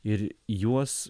ir juos